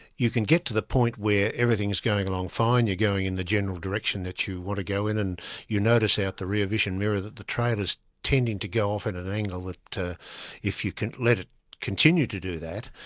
you can get to the point where everything's going along fine, you're going in the general direction that you want to go in, and you notice out the rear vision mirror that the trailer's tending to go off at an angle that if you let it continue to do that,